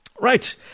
Right